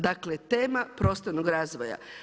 Dakle, tema prostornog razvoja.